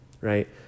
right